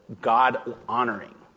God-honoring